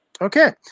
okay